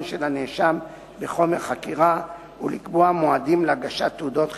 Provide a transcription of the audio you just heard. של הנאשם בחומר חקירה ולקבוע מועדים להגשת תעודות חיסיון.